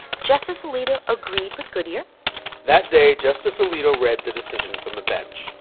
justice alito agreed with goodyear that day justice alito read the decision from the bench.